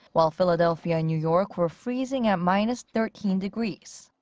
while philadelphia and new york were freezing at minus thirteen degrees.